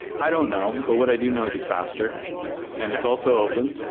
i don't know. but what i do know is it's faster and it's also open.